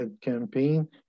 campaign